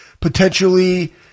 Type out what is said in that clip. potentially